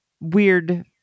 weird